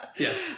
Yes